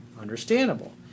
understandable